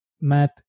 Matt